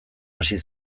hasi